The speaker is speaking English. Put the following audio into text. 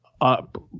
up